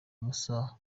masaha